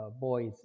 boys